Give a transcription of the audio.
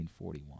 1941